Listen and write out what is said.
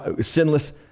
sinless